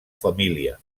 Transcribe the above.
família